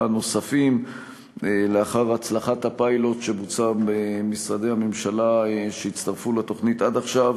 נוספים לאחר הצלחת הפיילוט שבוצע במשרדי הממשלה שהצטרפו לתוכנית עד עכשיו.